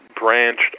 branched